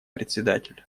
председатель